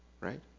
right